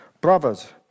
Brothers